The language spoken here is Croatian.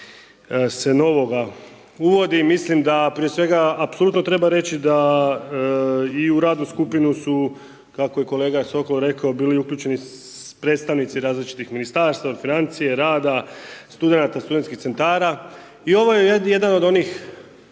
se novoga uvodi. I mislim da prije svega apsolutno treba reći da i u radnu skupinu su kako je kolega Sokol rekao bili uključeni predstavnici različitih Ministarstva od financija, rada, studenata, studentskih centara. I ovo je jedan od onih